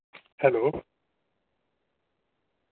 hello